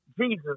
Jesus